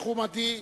מכובדי,